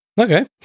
Okay